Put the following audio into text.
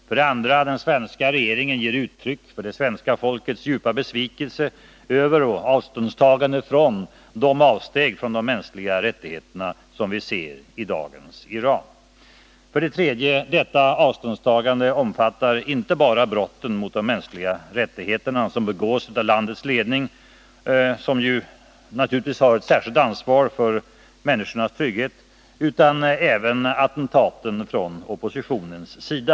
För det andra: Den svenska regeringen ger uttryck för det svenska folkets djupa besvikelse över och avståndstagandet från de avsteg från de mänskliga rättigheterna som vi ser i dagens Iran. För det tredje: Detta avståndstagande omfattar inte bara brotten mot de mänskliga rättigheterna som begås av landets ledning, vilken naturligtvis har ett huvudansvar för människornas trygghet, utan även attentaten från oppositionens sida.